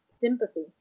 sympathy